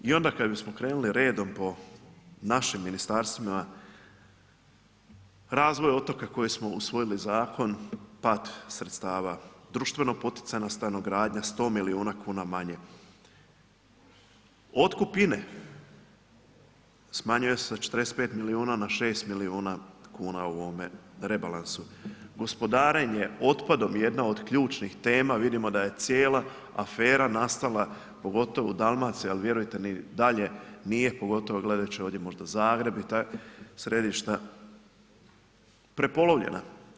I onda kad bismo krenuli redom po našim ministarstvima, razvoj otoka koji smo usvojili zakon, pad sredstava, društveno poticajna stanogradnja 100 milijuna kuna manje, otkup INA-e, smanjuje se sa 45 milijuna na 6 milijuna kuna u ovome rebalansu, gospodarenje otpadom je jedna od ključnih tema, vidimo da je cijela afera nastala, pogotovo u Dalmaciji, ali vjerujte ni dalje nije, pogotovo gledajući ovdje možda Zagreb i ta središta, prepolovljena.